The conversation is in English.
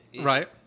Right